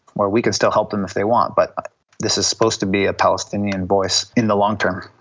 well, we can still help them if they want but this is supposed to be a palestinian voice in the long term.